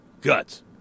guts